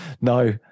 No